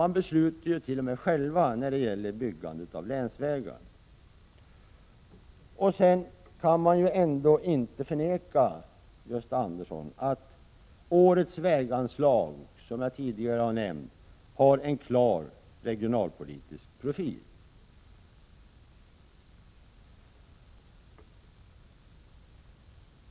De beslutar t.o.m. själva när det gäller byggande av länsvägar. Sedan kan väl ingen förneka, Gösta Andersson, att årets väganslag, som jag tidigare nämnde, har 60 en klar regionalpolitisk profil.